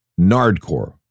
Nardcore